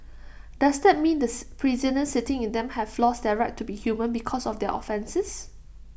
does that mean the prisoners sitting in them have lost their right to be human because of their offences